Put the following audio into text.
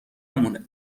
مونه